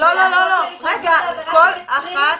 זה כל מיני